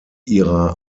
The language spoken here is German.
ihrer